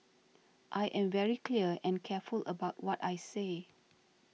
I am very clear and careful about what I say